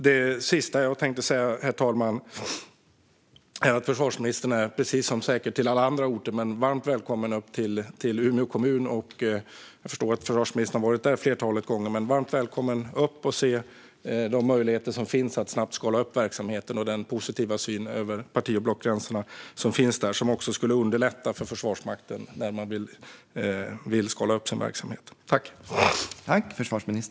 Det sista jag tänkte säga är att försvarsministern är varmt välkommen upp till Umeå kommun, liksom säkert till alla andra orter. Jag förstår att försvarsministern har varit där ett flertal gånger. Men han är varmt välkommen dit för att se de möjligheter som finns att snabbt skala upp verksamheten och för att se den positiva syn som finns där över parti och blockgränserna och som skulle underlätta för Försvarsmakten när man vill skala upp sin verksamhet.